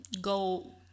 go